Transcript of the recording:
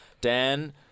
Dan